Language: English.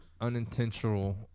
unintentional